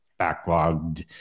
backlogged